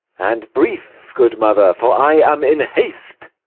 and brief, good mother for i am in haste.